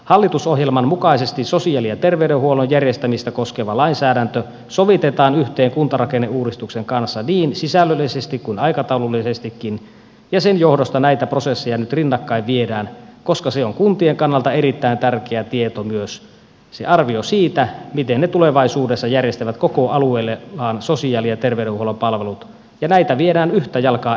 hallitusohjelman mukaisesti sosiaali ja terveydenhuollon järjestämistä koskeva lainsäädäntö sovitetaan yhteen kuntarakenneuudistuksen kanssa niin sisällöllisesti kuin aikataulullisestikin ja sen johdosta näitä prosesseja nyt rinnakkain viedään koska se on kuntien kannalta erittäin tärkeä tieto myös se arvio siitä miten ne tulevaisuudessa järjestävät koko alueellaan sosiaali ja terveydenhuollon palvelut ja näitä viedään yhtä jalkaa eteenpäin